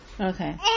Okay